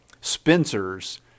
Spencer's